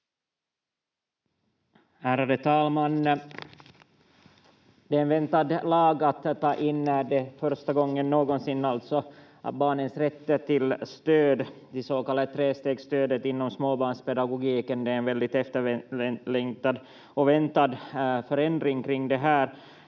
Ärade talman! Det är en väntad lag att ta in: första gången någonsin alltså barnens rätt till stöd, till det så kallade trestegsstödet inom småbarnspedagogiken. Det är en väldigt efterlängtad och väntad förändring kring det här.